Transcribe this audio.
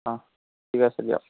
অঁ ঠিক আছে দিয়ক